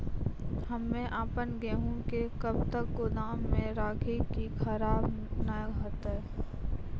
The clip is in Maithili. हम्मे आपन गेहूँ के कब तक गोदाम मे राखी कि खराब न हते?